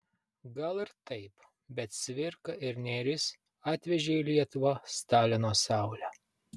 gal ir taip bet cvirka ir nėris atvežė į lietuvą stalino saulę